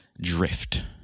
drift